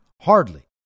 Hardly